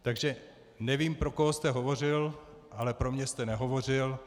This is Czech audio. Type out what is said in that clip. Takže nevím, pro koho jste hovořil, ale pro mě jste nehovořil.